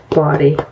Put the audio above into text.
body